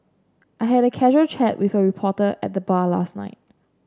I had a casual chat with a reporter at the bar last night